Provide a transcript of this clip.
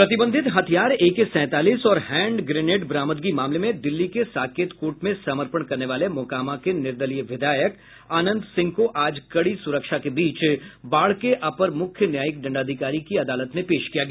प्रतिबंधित हथियार एके सैंतालीस और हैंड ग्रेनेड बरामदगी मामले में दिल्ली के साकेत कोर्ट में समर्पण करने वाले मोकामा के निर्दलीय विधायक अनंत सिंह को आज कड़ी सूरक्षा के बीच बाढ़ के अपर मुख्य न्यायिक दंडाधिकारी की अदालत में पेश किया गया